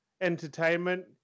entertainment